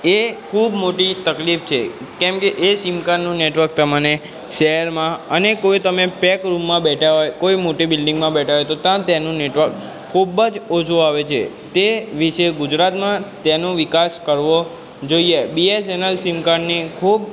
એ ખૂબ મોટી તકલીફ છે કેમ કે એ સીમ કાર્ડનું નેટવર્ક તમને શહેરમાં અને કોઇ તમે પૅક રૂમમાં બેઠા હોય કોઇ મોટી બિલ્ડિંગમાં બેઠા હોય તો તાં તેનું નેટવર્ક ખૂબ જ ઓછું આવે છે તે વિશે ગુજરાતમાં તેનો વિકાસ કરવો જોઇએ બીએસએનઆલ સીમ કાર્ડની ખૂબ